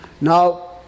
Now